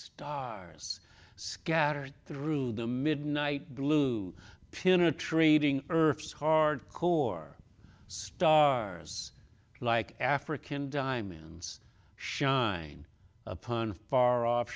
stars scattered through the midnight blue pin a trading earth as hard core stars like african diamonds shine upon far off